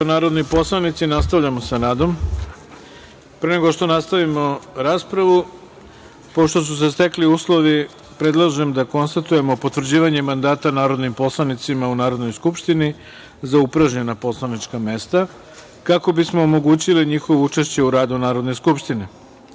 narodni poslanici, nastavljamo sa radom. Pre nego što nastavimo raspravu, pošto su se stekli uslovi, predlažem da konstatujemo potvrđivanje mandata narodnim poslanicima u Narodnoj skupštini za upražnjena poslanička mesta kako bismo omogućili njihovo učešće u radu Narodne skupštine. Uručena